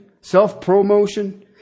self-promotion